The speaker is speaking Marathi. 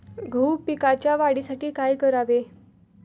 गहू पिकाच्या वाढीसाठी काय करावे?